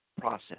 process